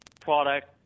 product